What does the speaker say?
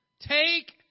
Take